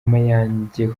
mayange